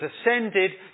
ascended